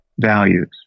values